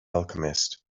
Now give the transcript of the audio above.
alchemist